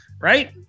right